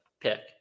pick